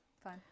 fine